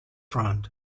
front